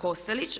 Kostelić.